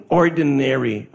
ordinary